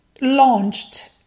launched